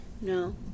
No